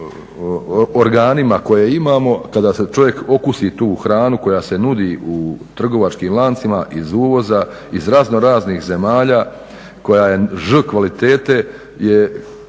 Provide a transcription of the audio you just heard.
organima koje imamo kada se čovjek okusi tu hranu koja se nudi u trgovačkim lancima iz uvoza, iz raznoraznih zemalja koja je Ž kvalitete je